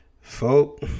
Folk